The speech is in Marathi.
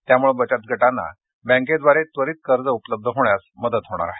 यामुळे बचतगटांना बँकेद्वारे त्वरित कर्ज उपलब्ध होण्यास मदत होणार आहे